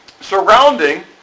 surrounding